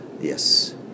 Yes